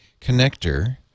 connector